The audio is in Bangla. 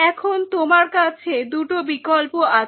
এখন তোমার কাছে দুটো বিকল্প আছে